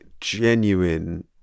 genuine